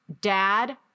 dad